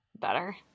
better